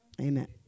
Amen